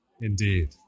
Indeed